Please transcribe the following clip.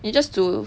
you just 煮